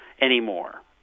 anymore